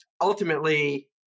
Ultimately